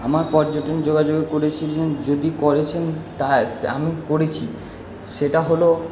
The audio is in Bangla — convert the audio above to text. আমার পর্যটন যোগাযোগ করেছিলেন যদি করেছেন তাস আমি করেছি সেটা হল